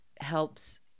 helps